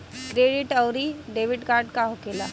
Credit आउरी debit card का होखेला?